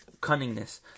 cunningness